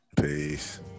Peace